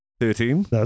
Thirteen